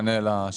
נמנע?